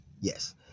Yes